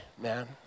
man